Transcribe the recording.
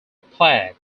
plaque